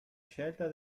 scelta